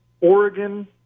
Oregon